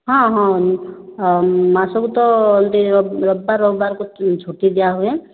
ହଁ ହଁ ମାସକୁ ତ ଏମିତି ରବବାର ରବିବାରକୁ ଛୁଟି ଦିଆହୁଏ